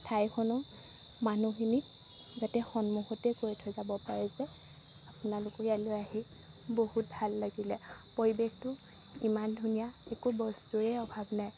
ঠাইখনো মানুহখিনিক যাতে সন্মুখতে কৈ থৈ যাব পাৰে যে আপোনালোকৰ ইয়ালৈ আহি বহুত ভাল লাগিলে পৰিৱেশটো ইমান ধুনীয়া একো বস্তুৰেই অভাৱ নাই